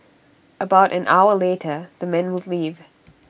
about an hour later the men would leave